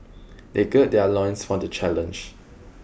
they gird their loins for the challenge